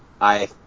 I-